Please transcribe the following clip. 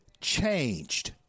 changed